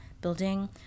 building